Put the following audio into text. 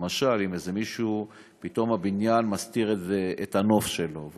למשל אם פתאום הבניין מסתיר את הנוף של איזה מישהו,